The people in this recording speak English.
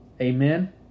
Amen